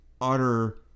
utter